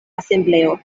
asembleo